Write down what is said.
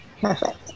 Perfect